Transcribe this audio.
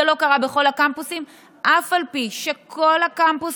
זה לא קרה בכל הקמפוסים,